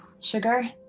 sugar,